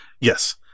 Yes